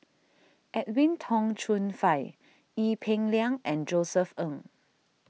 Edwin Tong Chun Fai Ee Peng Liang and Josef Ng